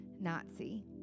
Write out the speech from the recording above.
Nazi